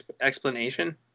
explanation